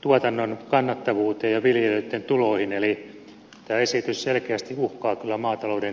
tuotannon kannattavuuteen ja viljelijöitten tuloihin eli tämä esitys selkeästi uhkaa kyllä maatalouden kilpailukykyä